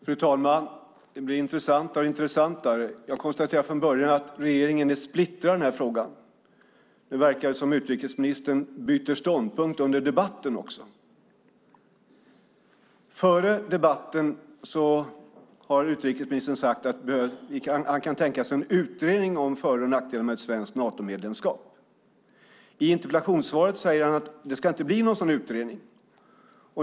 Fru talman! Det blir intressantare och intressantare. Jag konstaterade från början att regeringen är splittrad i den här frågan. Nu verkar det som att utrikesministern byter ståndpunkt under debatten också. Före debatten har utrikesministern sagt att han tänka sig en utredning om för och nackdelar med ett svenskt Natomedlemskap. I interpellationssvaret säger han att det inte ska bli någon sådan utredning.